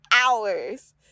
hours